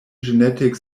genetic